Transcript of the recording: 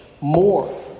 more